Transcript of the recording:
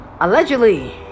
Allegedly